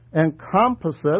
encompasses